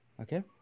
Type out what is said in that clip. Okay